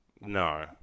No